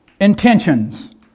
intentions